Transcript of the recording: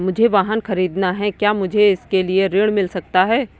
मुझे वाहन ख़रीदना है क्या मुझे इसके लिए ऋण मिल सकता है?